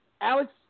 Alex